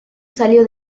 salió